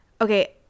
okay